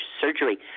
surgery